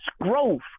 growth